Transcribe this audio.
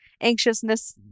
anxiousness